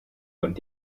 woont